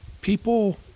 People